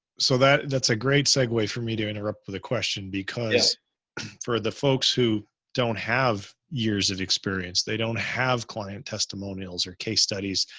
so that, that's a great segue for me to interrupt with a question because for the folks who don't have years of experience, they don't have client testimonials or case studies.